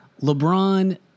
LeBron